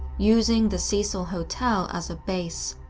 using the cecil hotel as a base.